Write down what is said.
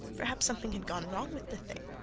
perhaps something had gone wrong with the thing!